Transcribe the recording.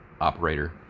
operator